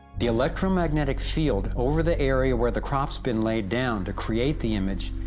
the electromagnetic field over the area, where the crop's been laid down to create the image,